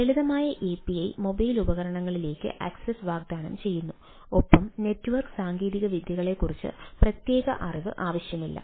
ലളിതമായ API mobile ഉപകരണങ്ങളിലേക്ക് access വാഗ്ദാനം ചെയ്യുന്നു ഒപ്പം നെറ്റ്വർക്ക് സാങ്കേതികവിദ്യകളെക്കുറിച്ച് പ്രത്യേക അറിവ് ആവശ്യമില്ല